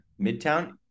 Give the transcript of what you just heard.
Midtown